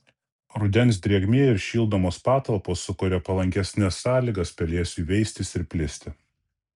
rudens drėgmė ir šildomos patalpos sukuria palankesnes sąlygas pelėsiui veistis ir plisti